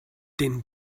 din